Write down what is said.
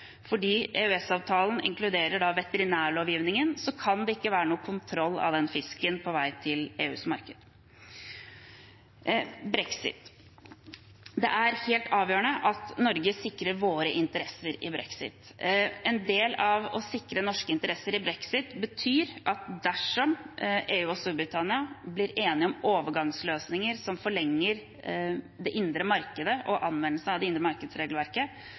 Fordi EØS-avtalen inkluderer veterinærlovgivningen, kan det ikke være noen kontroll av fisken på vei til EUs marked. Brexit: Det er helt avgjørende at Norge sikrer sine interesser i brexit. En del av det å sikre norske interesser i brexit er at dersom EU og Storbritannia blir enige om overgangsløsninger som forlenger det indre markedet og anvendelsen av det indre markedsregelverket,